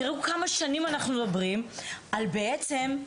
תראו כמה שנים אנחנו מדברים על האנשים